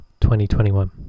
2021